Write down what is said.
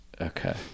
Okay